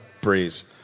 breeze